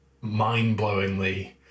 mind-blowingly